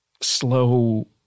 Slow